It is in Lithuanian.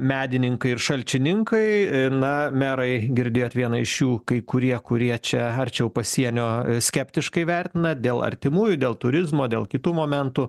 medininkai ir šalčininkai na merai girdėjot vieną iš jų kai kurie kurie čia arčiau pasienio skeptiškai vertina dėl artimųjų dėl turizmo dėl kitų momentų